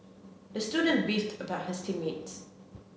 the student beefed about his team mates